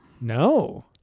No